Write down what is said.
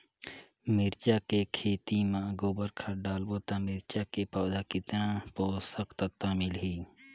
मिरचा के खेती मां गोबर खाद डालबो ता मिरचा के पौधा कितन पोषक तत्व मिलही?